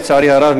לצערי הרב,